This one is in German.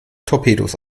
torpedos